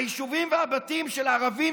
היישובים והבתים של הערבים,